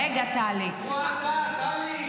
רגע, טלי.